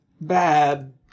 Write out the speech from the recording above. bad